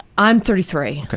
i'm thirty three. ok.